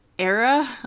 era